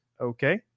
Okay